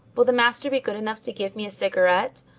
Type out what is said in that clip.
will the master be good enough to give me a cigarette?